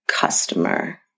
customer